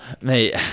Mate